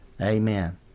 Amen